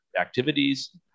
activities